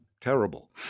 terrible